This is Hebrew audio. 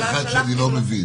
יש דבר אחד שאני לא מבין.